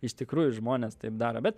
iš tikrųjų žmonės taip daro bet